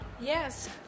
Yes